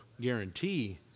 guarantee